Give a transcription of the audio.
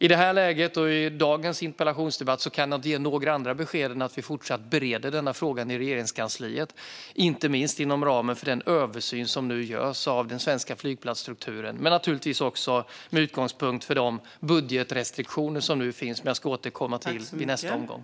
I det här läget och i dagens interpellationsdebatt kan jag inte ge några andra besked än att vi fortsätter att bereda denna fråga i Regeringskansliet, inte minst inom ramen för den översyn som nu görs av den svenska flygplatsstrukturen men naturligtvis också med utgångspunkt från de budgetrestriktioner som nu finns. Jag ska återkomma till dem i nästa omgång.